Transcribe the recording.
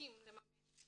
שמפסיקים לממן.